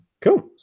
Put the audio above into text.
Cool